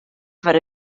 per